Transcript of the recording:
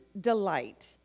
delight